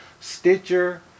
Stitcher